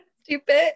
Stupid